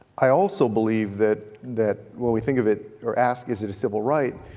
i also believe that that when we think of it or ask, is it a civil right,